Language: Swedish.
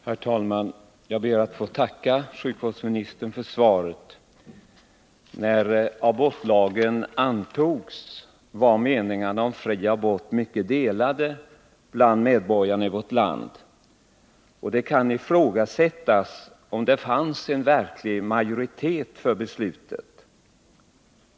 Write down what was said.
Herr talman! Jag ber att få tacka sjukvårdsministern för svaret. När abortlagen antogs var meningarna om fri abort mycket delade bland medborgarna i vårt land, och det kan ifrågasättas om det fanns en verklig majoritet för beslutet.